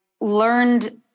learned